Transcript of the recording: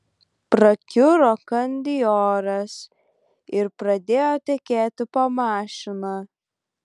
prakiuro kandioras ir pradėjo tekėti po mašina